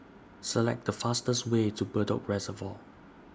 Select The fastest Way to Bedok Reservoir